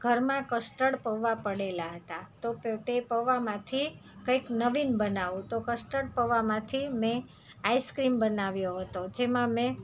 ઘરમાં કસ્ટર્ડ પૌંઆ પડેલાં હતાં તો તે પૌંઆમાંથી કંઈક નવીન બનાવું તો કસ્ટર્ડ પૌઆમાંથી મેં આઈસ્ક્રીમ બનાવ્યો હતો જેમાં મેં